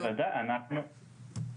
בוודאי, מה זאת אומרת?